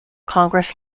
congress